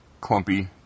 clumpy